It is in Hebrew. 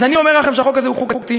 אז אני אומר לכם שהחוק הזה הוא חוקתי.